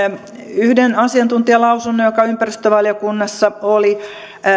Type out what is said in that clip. yhden asiantuntijalausunnon joka ympäristövaliokunnassa oli